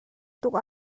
tuk